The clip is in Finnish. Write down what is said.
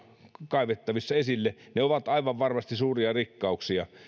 kaivettavissa esille ovat aivan varmasti suuria rikkauksia